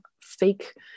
fake